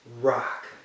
rock